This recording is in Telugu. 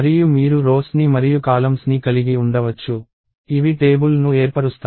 మరియు మీరు రోస్ ని మరియు కాలమ్స్ ని కలిగి ఉండవచ్చు ఇవి టేబుల్ ను ఏర్పరుస్తాయి